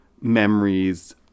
memories